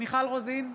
מיכל רוזין,